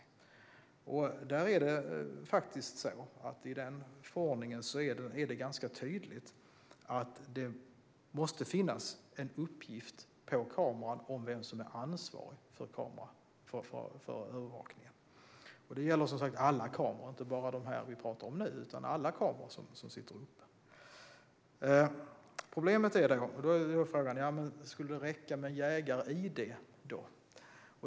I denna förordning är det tydligt att det måste finnas en uppgift på kameran om vem som är ansvarig för den och för övervakningen. Detta gäller som sagt alla kameror som sitter uppe och inte bara dem vi talar om nu. Skulle det i så fall räcka med ett jägar-id?